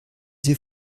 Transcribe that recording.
sie